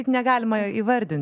negalima įvardint